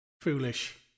Foolish